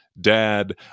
dad